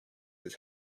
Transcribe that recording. his